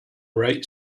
right